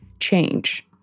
change